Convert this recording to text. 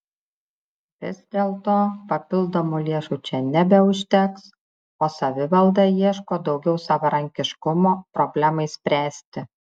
vis dėlto papildomų lėšų čia nebeužteks o savivalda ieško daugiau savarankiškumo problemai spręsti